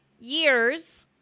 years